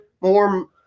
More